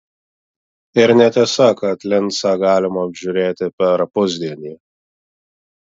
ir netiesa kad lincą galima apžiūrėti per pusdienį